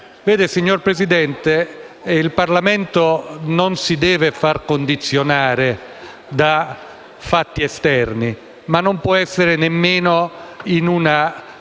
Signor Presidente, il Parlamento non si deve far condizionare da fatti esterni, ma non può essere nemmeno in una